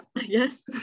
yes